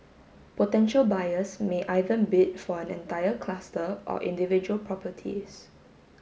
potential buyers may either bid for an entire cluster or individual properties